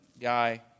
guy